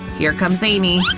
here come's amy!